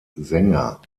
sänger